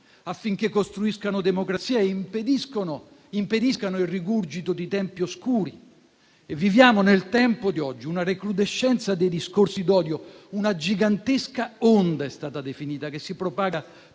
affinché costruiscano democrazia e impediscano il rigurgito di tempi oscuri. Viviamo nel tempo di oggi una recrudescenza dei discorsi d'odio, una gigantesca onda - come è stata definita - che si propaga